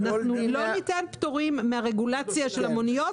לא ניתן פטורים מהרגולציה של המוניות